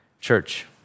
Church